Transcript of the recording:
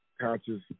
conscious